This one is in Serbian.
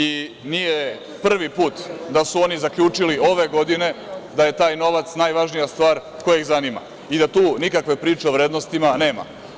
I nije prvi put da su oni zaključili, ove godine, da je taj novac najvažnija stvar koja ih zanima i da tu nikakve priče o vrednostima nema.